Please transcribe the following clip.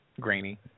grainy